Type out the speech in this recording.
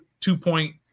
two-point